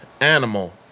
Animal